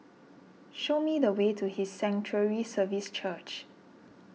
show me the way to His Sanctuary Services Church